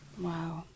Wow